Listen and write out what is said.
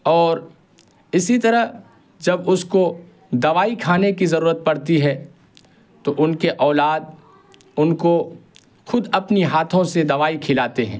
اور اسی طرح جب اس کو دوائی کھانے کی ضرورت پڑتی ہے تو ان کے اولاد ان کو خود اپنی ہاتھوں سے دوائی کھلاتے ہیں